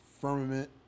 firmament